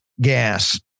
gas